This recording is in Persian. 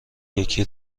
یکی